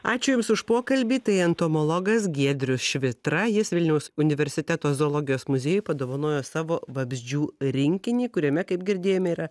ačiū jums už pokalbį tai entomologas giedrius švitra jis vilniaus universiteto zoologijos muziejui padovanojo savo vabzdžių rinkinį kuriame kaip girdėjome yra